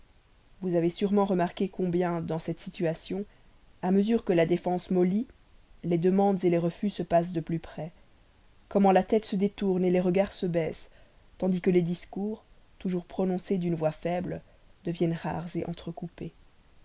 vous avez sûrement remarqué combien dans cette situation à mesure que la défense mollit les demandes les refus passent de plus près comment la tête se détourne les regards se baissent tandis que les discours toujours prononcés d'une voix faible deviennent rares entrecoupés